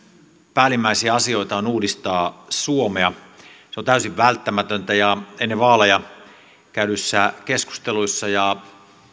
päällimmäisiä asioita on uudistaa suomea se on täysin välttämätöntä ja ennen vaaleja käydyissä keskusteluissa ja